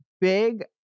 big